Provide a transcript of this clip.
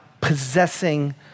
possessing